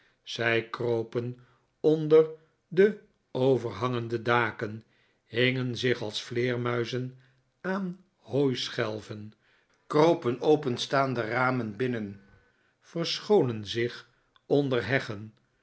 zij kropen onder de overhangende daken hingen zich als vleermuizen aan hooischelven kropen openstaande ramen binnen verscholen zich onder heggen